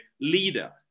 leader